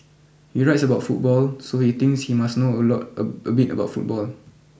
he writes about football so he thinks he must know a lot a a bit about football